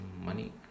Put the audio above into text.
money